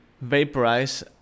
vaporize